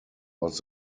was